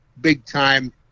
big-time